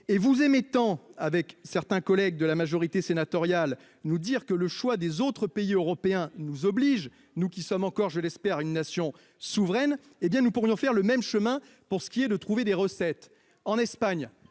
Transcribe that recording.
et vous M. étant avec certains collègues de la majorité sénatoriale nous dire que le choix des autres pays européens nous oblige, nous qui sommes encore je l'espère une nation souveraine, hé bien nous pourrions faire le même chemin. Pour ce qui est de trouver des recettes en Espagne